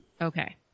Okay